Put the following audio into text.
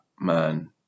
man